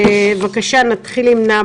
אציין שחבר